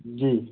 जी